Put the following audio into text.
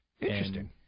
Interesting